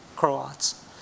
Croats